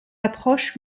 approche